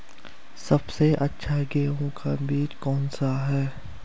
सबसे अच्छा गेहूँ का बीज कौन सा है?